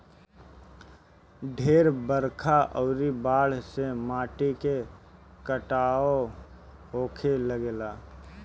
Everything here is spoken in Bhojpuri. ढेर बरखा अउरी बाढ़ से माटी के कटाव होखे लागेला